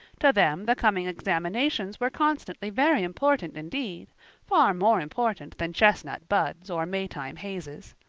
to them the coming examinations were constantly very important indeed far more important than chestnut buds or maytime hazes.